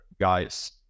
guys